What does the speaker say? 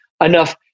Enough